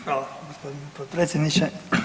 Hvala gospodine potpredsjedniče.